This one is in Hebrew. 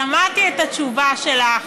שמעתי את התשובה שלך.